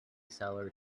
seller